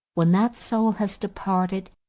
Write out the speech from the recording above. when that soul has departed,